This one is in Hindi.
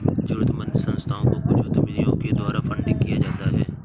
जरूरतमन्द संस्थाओं को कुछ उद्यमियों के द्वारा फंडिंग किया जाता है